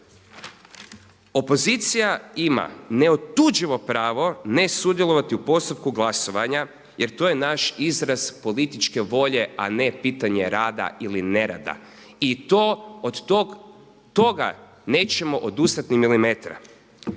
Opozicija ima neotuđivo pravo ne sudjelovati u postupku glasovanja jer to je naš izraz političke volje, a ne pitanje rada ili ne rada i od toga nećemo odustati ni milimetra.